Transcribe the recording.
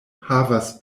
havas